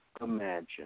imagine